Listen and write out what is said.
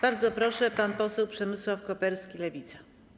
Bardzo proszę, pan poseł Przemysław Koperski, Lewica.